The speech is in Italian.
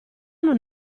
non